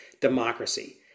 democracy